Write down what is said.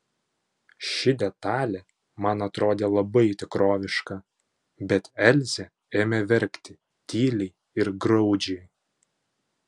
ši detalė man atrodė labai tikroviška bet elzė ėmė verkti tyliai ir graudžiai